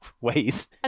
ways